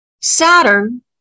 Saturn